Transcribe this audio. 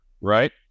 right